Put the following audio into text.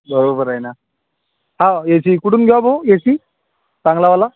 बरोबर आहे ना हां ए सी कुठून घ्यावा भाऊ ए सी चांगलावाला